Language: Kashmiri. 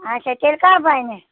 اَچھا تیٚلہِ کر بَنہِ